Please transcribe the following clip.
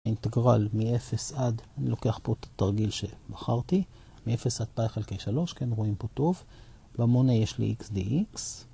אינטגרל מ-0 עד, אני לוקח פה את התרגיל שבחרתי, מ-0 עד Pi חלקי 3, כן רואים פה טוב, במונה יש לי xdx.